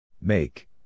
Make